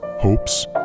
Hopes